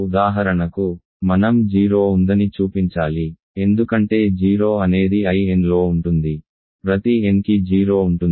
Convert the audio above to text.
ఉదాహరణకు మనం 0 ఉందని చూపించాలి ఎందుకంటే 0 అనేది Inలో ఉంటుంది ప్రతి nకి 0 ఉంటుంది